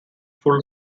full